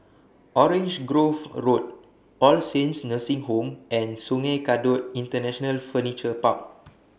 Orange Grove Road All Saints Nursing Home and Sungei Kadut International Furniture Park